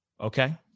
Okay